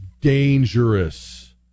dangerous